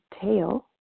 tail